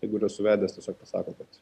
jeigu yra suvedęs tiesiog pasako kad